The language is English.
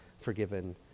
forgiven